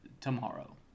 tomorrow